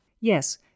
Yes